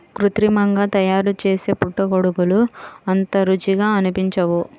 కృత్రిమంగా తయారుచేసే పుట్టగొడుగులు అంత రుచిగా అనిపించవు